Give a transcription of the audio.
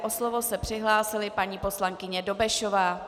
O slovo se přihlásila paní poslankyně Dobešová.